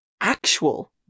actual